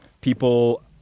people